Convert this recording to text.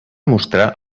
mostrar